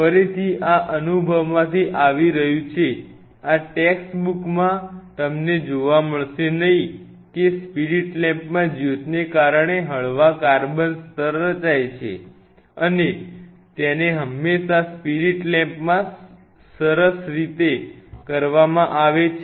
ફરીથી આ અનુભવમાંથી આવી રહ્યું છે આ ટેક્સ બૂકમાં તમને જોવા મળશે નહીં કે સ્પિરિટ લેમ્પમાં જ્યોતને કારણે હળવા કાર્બન સ્તર રચાય છે અને તેને હંમેશા સ્પિરિટ લેમ્પમાં સરસ રીતે કર વામાં આવે છે